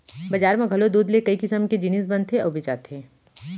बजार म घलौ दूद ले कई किसम के जिनिस बनथे अउ बेचाथे